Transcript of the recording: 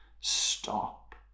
stop